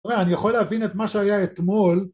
רואה, אני יכול להבין את מה שהיה אתמול.